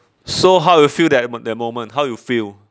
so how you feel that mo~ that moment how you feel